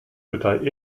total